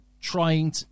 trying